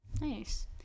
Nice